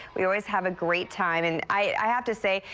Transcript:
we always have a great time. and i have to say,